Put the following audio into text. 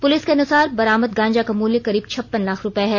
police के अनुसार बरामद गांजा का मूल्य करीब छप्प्न लाख रूपए है